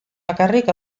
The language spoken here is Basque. bakarrik